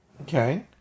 Okay